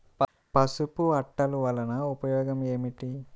పసుపు అట్టలు వలన ఉపయోగం ఏమిటి?